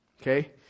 Okay